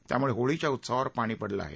त्याम्ळे होळीच्या उत्साहावर पाणी पडले आहे